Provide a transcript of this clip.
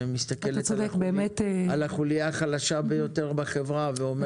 שמסתכלת על החולייה החלשה ביותר בחברה ואומרת,